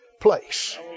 place